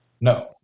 no